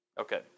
Okay